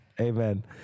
Amen